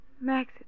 Max